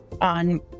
on